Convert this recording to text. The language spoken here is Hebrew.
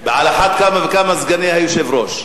הבנת?) ועל אחת כמה וכמה סגני היושב-ראש.